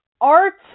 Art